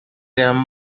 gran